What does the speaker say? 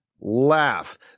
Laugh